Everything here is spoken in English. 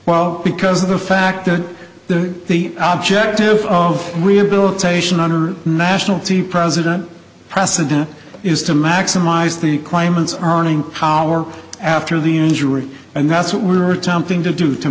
well because of the fact that the the object of rehabilitation under national team president president is to maximize the claimant's earning power after the injury and that's what we're attempting to do to